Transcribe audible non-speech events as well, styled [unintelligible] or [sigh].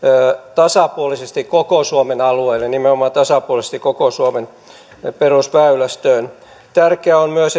tasapuolisesti koko suomen alueelle nimenomaan tasapuolisesti koko suomen perusväylästöön tärkeää on myös [unintelligible]